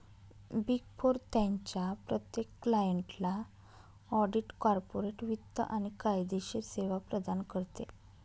big Four त्यांच्या प्रत्येक क्लायंटला ऑडिट, कॉर्पोरेट वित्त आणि कायदेशीर सेवा प्रदान करते